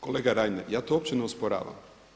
Kolega Reiner, ja to uopće ne osporavam.